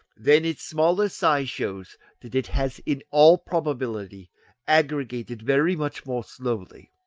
then its smaller size shows that it has in all probability aggregated very much more slowly.